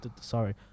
sorry